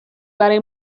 برای